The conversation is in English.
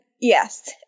Yes